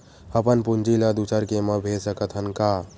अपन पूंजी ला दुसर के मा भेज सकत हन का?